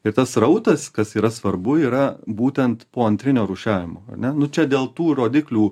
ir tas srautas kas yra svarbu yra būtent po antrinio rūšiavimo ar ne čia dėl tų rodiklių